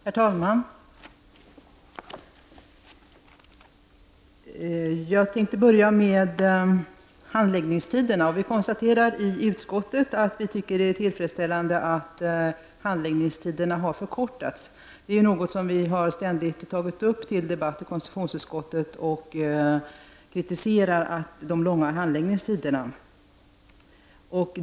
Herr talman! Jag tänkte börja med att ta upp frågan om handläggningstiderna. Vi konstaterar i utskottet att det är tillfredsställande att handläggningstiderna har förkortats. Det är något som vi ständigt har tagit upp till debatt och riktat kritik mot i konstitutionsutskottet.